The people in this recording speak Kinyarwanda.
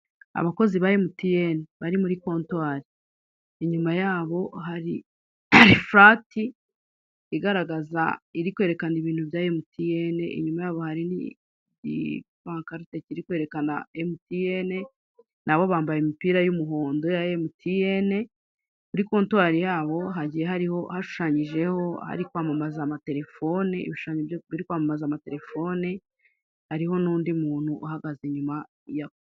Ubwo wibajije ikoranabuhanga ni byiza cyane kuko nanone ukugira ubunebwe ntabwo ujya uva mu rugo ngo ubashe kutemberera n'ahantu dutuye uko hameze ariko nanone birafasha niyo unaniwe ntabwo ushobora kuva iwanyu unaniwe cyangwa utashye bwije ngo ujye ku isoko guhaha. Nkuko ubibone iki ni ikirango kerekana imyenda y'iminyarwanda n'inkweto zikorerwa mu rwanda nawe wabyihangira